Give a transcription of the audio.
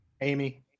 Amy